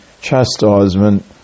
chastisement